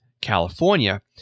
California